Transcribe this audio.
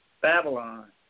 Babylon